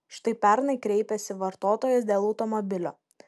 štai pernai kreipėsi vartotojas dėl automobilio